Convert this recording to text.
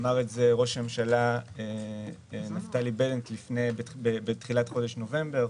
אמר את זה ראש הממשלה נפתלי בנט בתחילת חודש נובמבר.